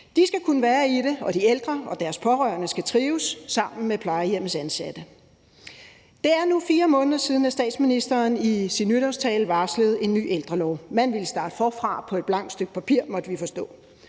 De skal kunne være i det, og de ældre og deres pårørende skal trives sammen med plejehjemmets ansatte. Det er nu 4 måneder siden, at statsministeren i sin nytårstale varslede en ny ældrelov. Man ville starte forfra på at blankt stykke papir, måtte vi forstå.